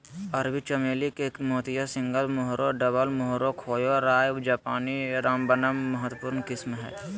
अरबी चमेली के मोतिया, सिंगल मोहोरा, डबल मोहोरा, खोया, राय जापानी, रामबनम महत्वपूर्ण किस्म हइ